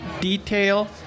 detail